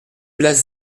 place